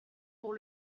pour